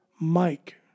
Mike